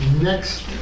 Next